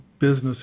business